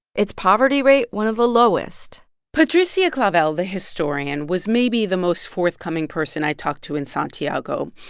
its poverty rate one of the lowest patricia clavel, the historian, was maybe the most forthcoming person i talked to in santiago.